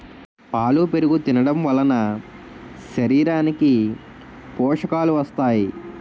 పాలు పెరుగు తినడంవలన శరీరానికి పోషకాలు వస్తాయి